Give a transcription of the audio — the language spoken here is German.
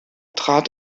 trat